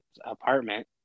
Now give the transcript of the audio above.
apartment